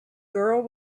girl